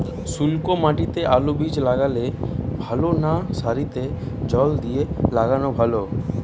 শুক্নো মাটিতে আলুবীজ লাগালে ভালো না সারিতে জল দিয়ে লাগালে ভালো?